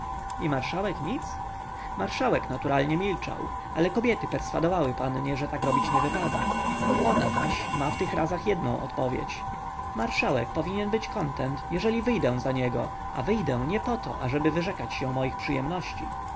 i marszałek nic marszałek naturalnie milczał ale kobiety perswadowały pannie że tak robić nie wypada ona zaś ma w tych razach jednę odpowiedź marszałek powinien być kontent jeżeli wyjdę za niego a wyjdę nie poto aby wyrzekać się moich przyjemności